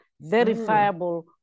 verifiable